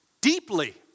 deeply